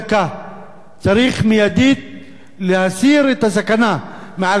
צריך מייד להסיר את הסכנה מעל כל הבתים האלה,